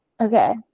Okay